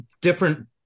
different